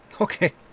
okay